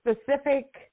specific